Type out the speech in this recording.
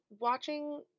watching